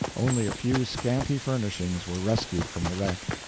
only a few scanty furnishings were rescued from the wreck.